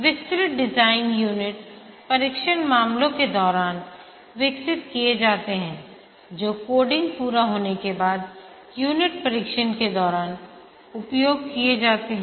विस्तृत design unit परीक्षण मामलों के दौरान विकसित किए जाते हैं जो कोडिंग पूरा होने के बाद यूनिट परीक्षण के दौरान उपयोग किए जाते हैं